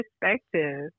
perspective